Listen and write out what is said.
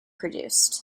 produced